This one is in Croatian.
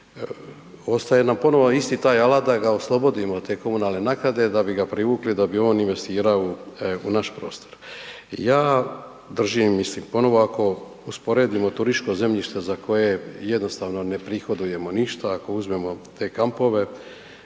Ostaje nam ponovno isti taj alat da ga oslobodimo od te komunalne naknade, da bi ga privukli, da bi on investirao u naš prostor. Ja držim, mislim, ponovno ako usporedimo turističko zemljište za koje jednostavno ne prihodujemo ništa, ako uzmemo te kampove